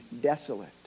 desolate